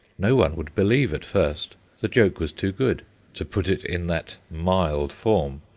no one would believe at first the joke was too good to put it in that mild form.